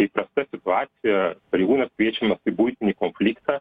įprasta situacija pareigūnas kviečiamas į buitinį konfliktą